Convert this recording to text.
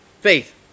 faith